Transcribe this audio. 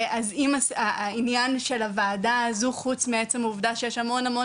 אז אם העניין של הוועדה הזו חוץ מעצם העובדה שיש המון המון